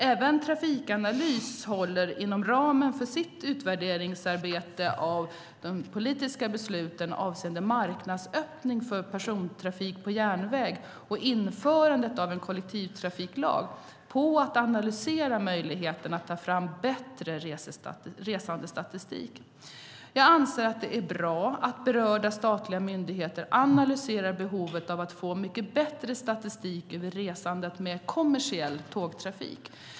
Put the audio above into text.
Även Trafikanalys håller, inom ramen för sitt utvärderingsarbete av de politiska besluten avseende marknadsöppning för persontrafik på järnväg och införandet av en kollektivtrafiklag, på att analysera möjligheten att ta fram bättre resandestatistik. Jag anser att det är bra att berörda statliga myndigheter analyserar behovet av att få bättre statistik över resandet med kommersiell tågtrafik.